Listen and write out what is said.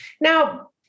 Now